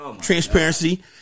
Transparency